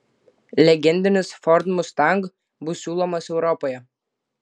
legendinis ford mustang bus siūlomas europoje